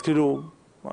אז כאילו ---,